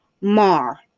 Mar